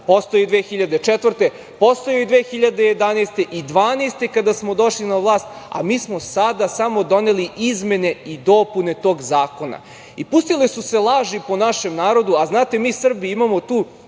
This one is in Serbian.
postojao je i 2004, postojao je i 2011. i 2012. godine, kada smo došli na vlast, a mi smo sada samo doneli izmene i dopune tog zakona. Pustile su se laži po našem narodu, a znate, mi Srbi imamo tu